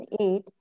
eight